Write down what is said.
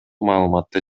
маалыматты